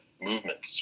movements